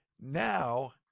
now